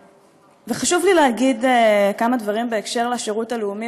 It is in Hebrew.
חשוב לי להגיד כמה דברים בהקשר של השירות הלאומי